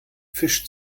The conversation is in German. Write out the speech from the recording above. fisch